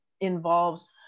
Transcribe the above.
involves